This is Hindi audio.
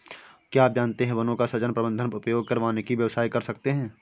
क्या आप जानते है वनों का सृजन, प्रबन्धन, उपयोग कर वानिकी व्यवसाय कर सकते है?